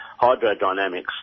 hydrodynamics